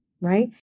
Right